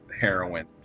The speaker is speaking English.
heroin